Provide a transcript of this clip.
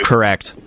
Correct